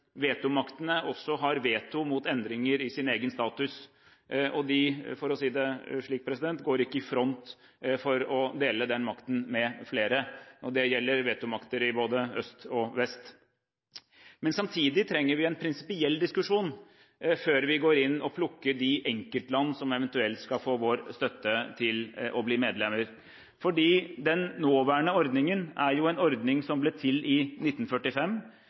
vetomaktene også har veto mot endringer i sin egen status, og de går ikke i front for å dele den makten med flere, for å si det slik. Dette gjelder vetomakter i både øst og vest. Samtidig trenger vi en prinsipiell diskusjon før vi går inn og plukker de enkeltland som eventuelt skal få vår støtte til å bli medlemmer. Den nåværende ordningen er en ordning som ble til i 1945,